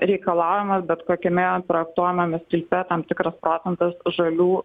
reikalavimas bet kokiame projektuojamame sklype tam tikras procentas žalių